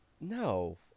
No